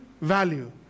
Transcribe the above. value